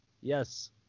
yes